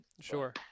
Sure